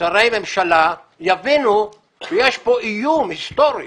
שרי ממשלה, יבינו שיש כאן איום היסטורי